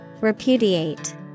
Repudiate